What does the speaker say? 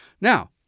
Now